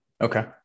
Okay